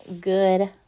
good